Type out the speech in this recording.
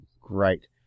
great